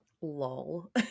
Lol